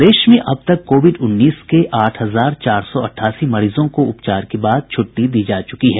प्रदेश में अबतक कोविड उन्नीस के आठ हजार चार सौ अट्ठासी मरीजों को उपचार के बाद छुट्टी दी जा चुकी है